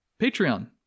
patreon